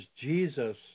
Jesus